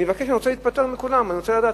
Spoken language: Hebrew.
אני רוצה להתפטר מכולן ואני רוצה לדעת,